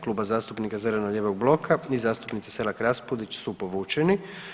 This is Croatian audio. Kluba zastupnika zeleno-lijevog bloka i zastupnice SElak Raspudić su povučeni.